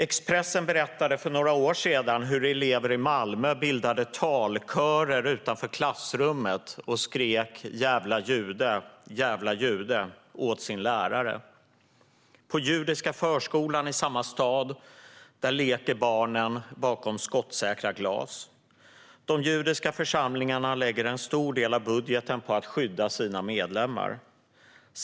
Expressen berättade för några år sedan hur elever i Malmö bildade talkörer utanför klassrummet och skrek jävla jude, jävla jude åt sin lärare. På judiska förskolan i samma stad leker barnen bakom skottsäkra glas. De judiska församlingarna lägger en stor del av budgeten på att skydda sina medlemmar.